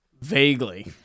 Vaguely